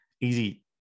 easy